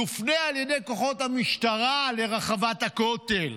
יופנה על ידי כוחות המשטרה לרחבת הכותל.